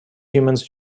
humans